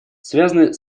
связаны